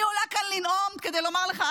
אני עולה כאן לנאום כדי לומר לך,